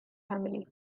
family